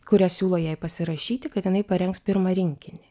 kurią siūlo jai pasirašyti kad jinai parengs pirmą rinkinį